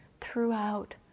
throughout